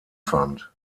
fand